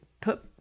put